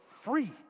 free